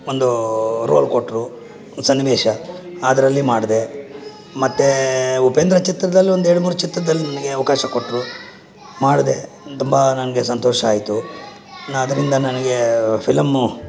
ಒಂದು ರೋಲ್ ಕೊಟ್ಟರು ಸನ್ನಿವೇಶ ಅದರಲ್ಲಿ ಮಾಡಿದೆ ಮತ್ತೆ ಉಪೇಂದ್ರ ಚಿತ್ರದಲ್ಲಿ ಒಂದು ಎರಡು ಮೂರು ಚಿತ್ರದಲ್ಲಿ ನನಗೆ ಅವಕಾಶ ಕೊಟ್ಟರು ಮಾಡಿದೆ ತುಂಬ ನನಗೆ ಸಂತೋಷ ಆಯಿತು ಆದ್ದರಿಂದ ನನಗೆ ಫಿಲ್ಮ್